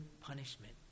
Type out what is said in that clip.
punishment